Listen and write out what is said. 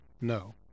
no